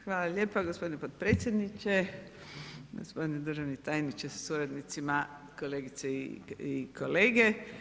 Hvala lijepa gospodine potpredsjedniče, gospodine državni tajniče sa suradnicima, kolegice i kolege.